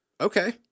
Okay